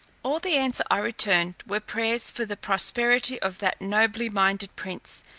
all the answer i returned were prayers for the prosperity of that nobly minded prince,